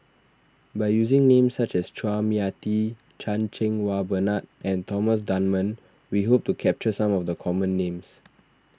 by using names such as Chua Mia Tee Chan Cheng Wah Bernard and Thomas Dunman we hope to capture some of the common names